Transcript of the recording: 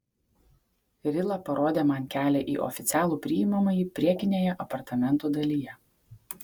rila parodė man kelią į oficialų priimamąjį priekinėje apartamentų dalyje